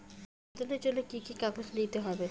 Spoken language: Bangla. আবেদনের জন্য কি কি কাগজ নিতে হবে?